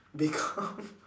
they come